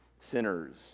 sinners